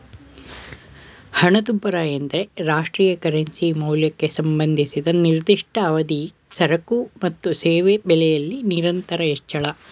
ಹಣದುಬ್ಬರ ಎಂದ್ರೆ ರಾಷ್ಟ್ರೀಯ ಕರೆನ್ಸಿ ಮೌಲ್ಯಕ್ಕೆ ಸಂಬಂಧಿಸಿದ ನಿರ್ದಿಷ್ಟ ಅವಧಿ ಸರಕು ಮತ್ತು ಸೇವೆ ಬೆಲೆಯಲ್ಲಿ ನಿರಂತರ ಹೆಚ್ಚಳ